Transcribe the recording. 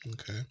Okay